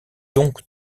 donc